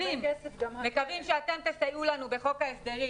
אנחנו מקווים שאתם תסייעו לנו בחוק ההסדרים